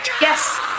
Yes